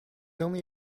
only